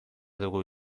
dugu